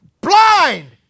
blind